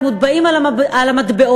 מוטבעים על המטבעות,